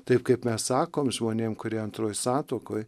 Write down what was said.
taip kaip mes sakom žmonėm kurie antroj satuokoj